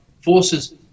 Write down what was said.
forces